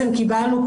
שקיבלנו,